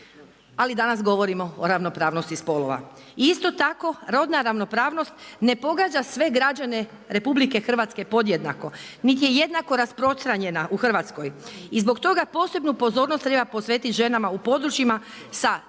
Ali danas govorimo o ravnopravnosti spolova. Isto tako rodna ravnopravnost ne pogađa sve građane Republike Hrvatske podjednako, niti je jednako rasprostranjena u Hrvatskoj. I zbog toga posebnu pozornost treba posvetiti ženama u područjima sa